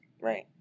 right